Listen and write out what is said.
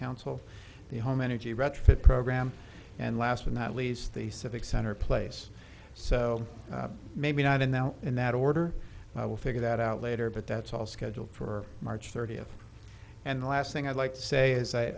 council the home energy retrofit program and last but not least the civic center place so maybe not in the in that order i will figure that out later but that's all scheduled for march thirtieth and the last thing i'd like to say is i